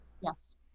Yes